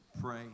pray